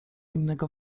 innego